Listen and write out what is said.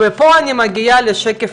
ופה אני מגיעה לשקף